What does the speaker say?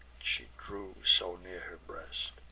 she drew so near her breast